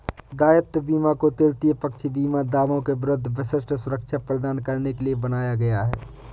दायित्व बीमा को तृतीय पक्ष बीमा दावों के विरुद्ध विशिष्ट सुरक्षा प्रदान करने के लिए बनाया गया है